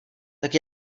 tak